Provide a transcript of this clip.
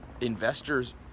investors